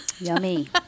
yummy